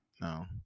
no